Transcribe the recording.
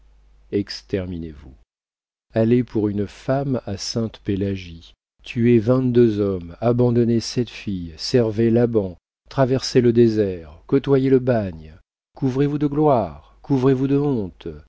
exterminez vous allez pour une femme à sainte-pélagie tuez vingt-deux hommes abandonnez sept filles servez laban traversez le désert côtoyez le bagne couvrez vous de gloire couvrez vous de honte